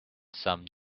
some